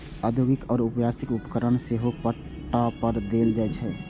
औद्योगिक या व्यावसायिक उपकरण सेहो पट्टा पर देल जाइ छै